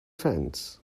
fence